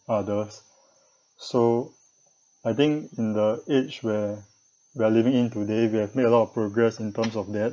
others so I think in the age where we are living in today we have made a lot of progress in terms of that